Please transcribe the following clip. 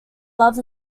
love